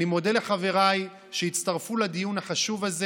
אני מודה לחבריי שהצטרפו לדיון החשוב הזה